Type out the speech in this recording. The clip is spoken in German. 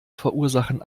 verursachen